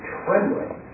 trembling